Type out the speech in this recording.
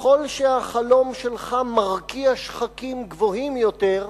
וככל שהחלום שלך מרקיע שחקים גבוהים יותר,